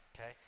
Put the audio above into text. okay